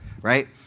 right